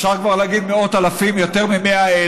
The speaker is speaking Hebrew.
אפשר כבר להגיד מאות אלפים, יותר מ-100,000,